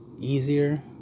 easier